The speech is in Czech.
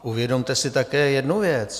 Uvědomte si také jednu věc.